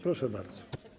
Proszę bardzo.